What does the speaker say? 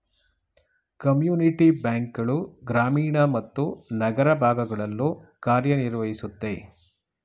community bank ಗಳು ಗ್ರಾಮೀಣ ಮತ್ತು ನಗರ ಭಾಗಗಳಲ್ಲೂ ಕಾರ್ಯನಿರ್ವಹಿಸುತ್ತೆ